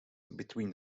between